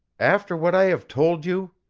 after what i have told you?